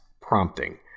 prompting